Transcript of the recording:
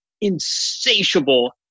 insatiable